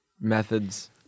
methods